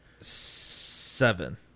Seven